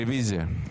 רביזיה.